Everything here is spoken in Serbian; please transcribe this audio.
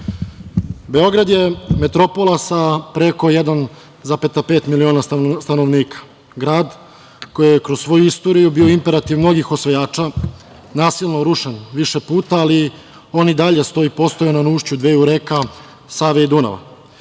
Srbiji. Beograd je metropola sa preko 1,5 miliona stanovnika, grad koji je kroz svoju istoriju bio imperativ mnogih osvajača, nasilno rušen više puta, ali on i dalje stoji postojano na ušću dveju reka Save i Dunava.Za